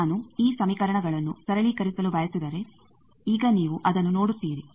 ನಾನು ಈ ಸಮೀಕರಣಗಳನ್ನು ಸರಳೀಕರಿಸಲು ಬಯಸಿದರೆ ಈಗ ನೀವು ಅದನ್ನು ನೋಡುತ್ತೀರಿ